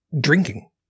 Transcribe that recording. drinking